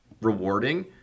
rewarding